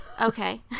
okay